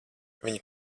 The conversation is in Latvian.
viņi